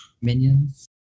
Minions